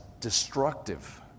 destructive